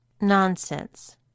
Nonsense